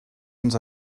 ens